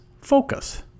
focus